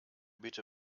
bitte